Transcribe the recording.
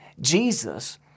Jesus